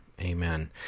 Amen